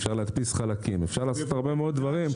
אפשר להדפיס חלקים והרבה מאוד דברים.